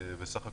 בסך הכול,